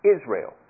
Israel